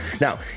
Now